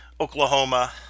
Oklahoma